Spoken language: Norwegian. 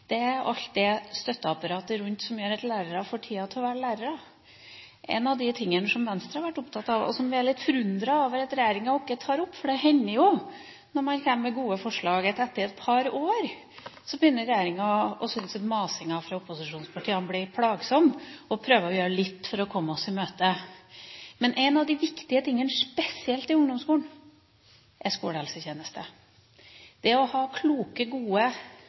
er om støtteapparatet rundt, som gjør at lærere får tid til å være lærere. En av de viktige tingene, spesielt i ungdomsskolen, som Venstre har vært opptatt av, og som vi er litt forundret over at regjeringa ikke tar opp – for det hender jo, når man kommer med gode forslag, at regjeringa etter et par år begynner å syns at masinga fra opposisjonen blir plagsom og prøver å gjøre litt for å komme oss i møte